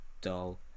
dull